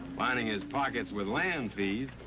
lining his pockets with land fees.